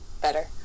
better